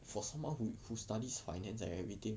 for someone who who studies finance and everything